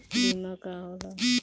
बीमा का होला?